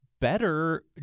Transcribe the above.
better